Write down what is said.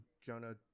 Jonah